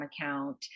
account